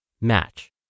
match